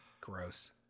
gross